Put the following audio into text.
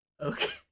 Okay